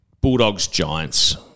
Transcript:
Bulldogs-Giants